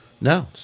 No